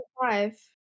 five